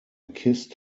kissed